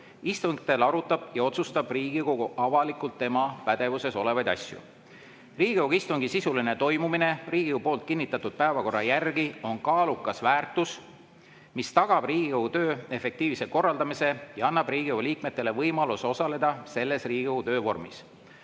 Istungitel arutab ja otsustab Riigikogu avalikult tema pädevuses olevaid asju. Riigikogu istungi sisuline toimumine Riigikogu kinnitatud päevakorra järgi on kaalukas väärtus, mis tagab Riigikogu töö efektiivse korraldamise ja annab Riigikogu liikmetele võimaluse osaleda selles Riigikogu töö vormis.